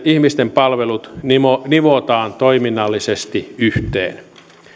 ihmisten palvelut nivotaan toiminnallisesti yhteen